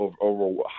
over